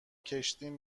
کشتیم